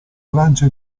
francia